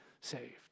saved